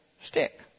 stick